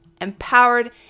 empowered